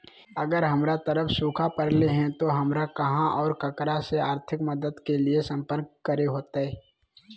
अगर हमर तरफ सुखा परले है तो, हमरा कहा और ककरा से आर्थिक मदद के लिए सम्पर्क करे होतय?